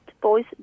boys